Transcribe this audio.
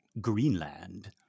Greenland